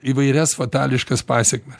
įvairias fatališkas pasekmes